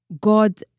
God